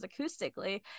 acoustically